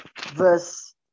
verse